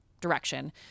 direction